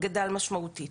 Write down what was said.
גדל משמעותית.